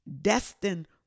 destined